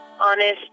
honest